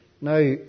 Now